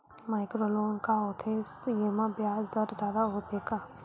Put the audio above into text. Micro loan का होथे येमा ब्याज दर जादा होथे का?